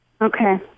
Okay